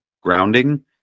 grounding